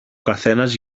καθένας